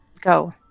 Go